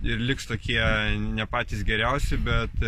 ir liks tokie ne patys geriausi bet